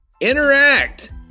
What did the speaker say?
Interact